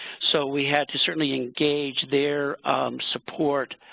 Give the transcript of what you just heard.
so we had to certainly engage their support